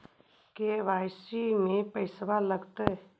KYC में पैसा लगतै?